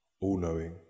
all-knowing